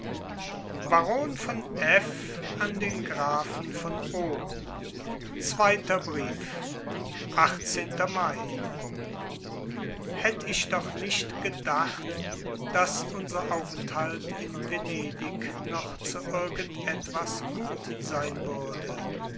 baron von f an den grafen von o zweiter brief mai hätt ich doch nicht gedacht daß unser aufenthalt in venedig noch zu irgend etwas gut sein würde